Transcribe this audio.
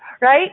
Right